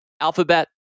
Alphabet